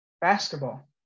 Basketball